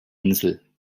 insel